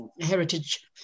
heritage